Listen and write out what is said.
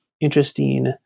interesting